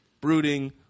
brooding